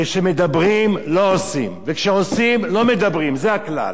כשמדברים לא עושים, כשעושים לא מדברים, זה הכלל.